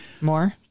more